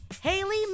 Haley